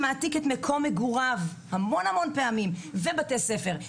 שמעתיקים את מקום מגוריהם ואת בתי הספר,